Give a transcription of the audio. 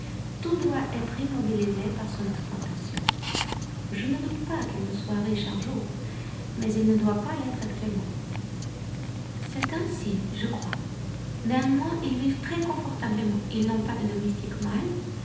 tout doit être immobilisé par son exploitation je ne doute pas qu'il ne soit riche un jour mais il ne doit pas l'être actuellement c'est ainsi je crois néanmoins ils vivent très confortablement ils n'ont pas de domestique mâle